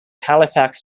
halifax